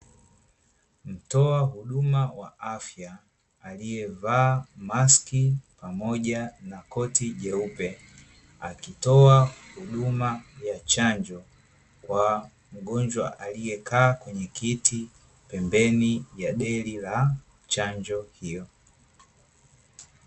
Mtoa huduma wa afya, aliyevaa maski pamoja na koti jeupe, akitoa huduma ya chanjo kwa mgonjwa aliyekaa katika kiti pembeni ya deli la chanjo hiyo.